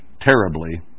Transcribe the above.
terribly